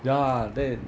ya that is